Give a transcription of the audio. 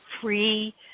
free